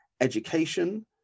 education